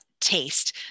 taste